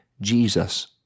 Jesus